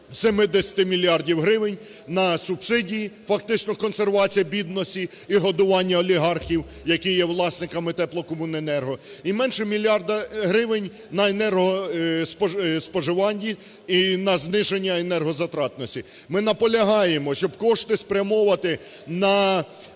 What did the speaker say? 70 мільярдів гривень на субсидії – фактично консервація бідності і годування олігархів, які є власниками теплокомунернерго, і менше мільярда гривень на енергоспоживанні і зниження енергозатратності. Ми наполягаємо, щоб кошти спрямовувати на